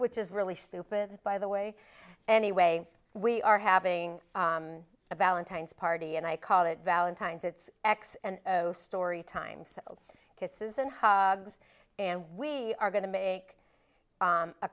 which is really stupid by the way anyway we are having a valentine's party and i call it valentine's it's x and story time so kisses and hugs and we are going to make